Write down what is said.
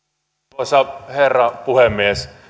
arvoisa herra puhemies